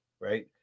Right